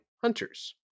hunters